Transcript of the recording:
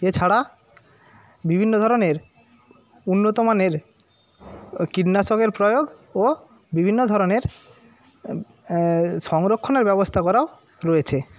এছাড়া বিভিন্ন ধরণের উন্নতমানের কীটনাশকের প্রয়োগ ও বিভিন্ন ধরণের সংরক্ষণের ব্যবস্থা করাও রয়েছে